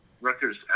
Rutgers